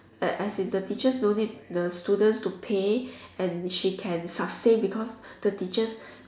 a~ as in the teachers no need the students to pay and she can sustain because the teachers